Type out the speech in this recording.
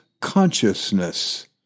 consciousness